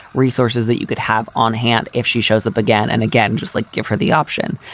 resources that you could have on hand if she shows up again and again, just like give her the option.